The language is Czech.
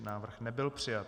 Návrh nebyl přijat.